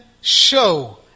show